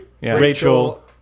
Rachel